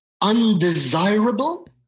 undesirable